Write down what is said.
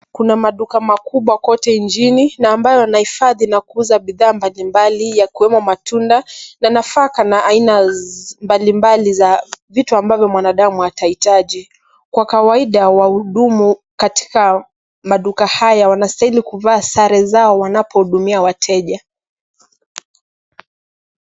Kuna maduka makubwa kote nchini na ambayo yanahifadhi na kuuza bidhaa mbalimbali yakiwemo matunda na nafaka na aina mbalimbai za vitu ambazo mwanadamu atahitaji. Kwa kawaida wahudumu katika maduka haya wanastahili kuvaa sare zao wanapohudumia wateja.